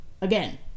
Again